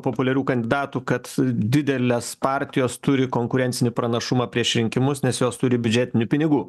populiarių kandidatų kad didelės partijos turi konkurencinį pranašumą prieš rinkimus nes jos turi biudžetinių pinigų